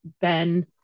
Ben